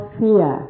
fear